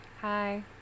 hi